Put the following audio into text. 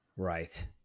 right